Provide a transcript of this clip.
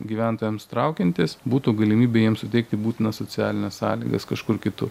gyventojams traukiantis būtų galimybė jiem suteikti būtinas socialines sąlygas kažkur kitur